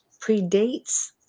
predates